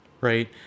right